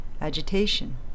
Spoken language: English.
agitation